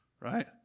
right